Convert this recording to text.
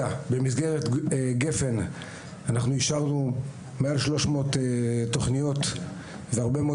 במסגרת גפ"ן אנחנו אישרנו מעל 300 תכניות והרבה מאוד